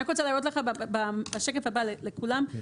אני רק רוצה להראות לכולם בשקף הבא מפה.